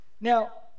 Now